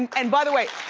and by the way.